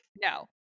no